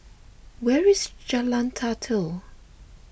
where is Jalan Datoh